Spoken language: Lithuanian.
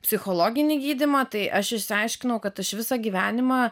psichologinį gydymą tai aš išsiaiškinau kad aš visą gyvenimą